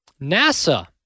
NASA